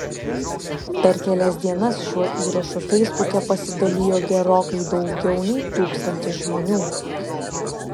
per kelias dienas šiuo įrašu feisbuke pasidalijo gerokai daugiau nei tūkstantis žmonių